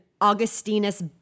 Augustinus